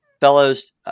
fellows